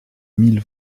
mille